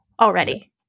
already